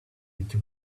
into